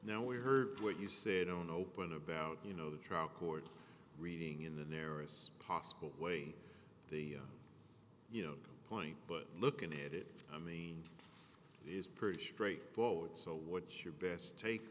now we heard what you said on open about you know the trial court reading in the naris possible way the you know point but looking at it i mean it's pretty straightforward so what's your best take